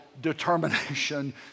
determination